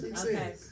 Okay